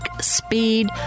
Speed